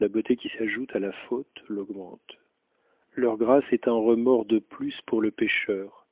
la beauté qui s'ajoute à la faute l'augmente leur grâce est un remords de plus pour le pécheur